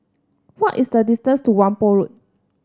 what is the distance to Whampoa Road